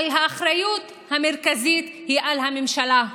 אבל האחריות המרכזית היא על הממשלה.